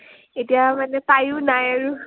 এতিয়া মানে তায়ো নাই আৰু